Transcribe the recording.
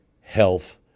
health